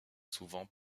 souvent